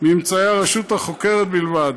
ממצאי הרשות החוקרת בלבד,